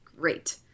great